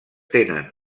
tenen